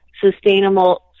sustainable